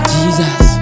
Jesus